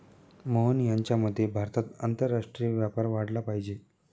मोहन यांच्या मते भारतात आंतरराष्ट्रीय व्यापार वाढला पाहिजे